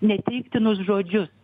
neteiktinus žodžius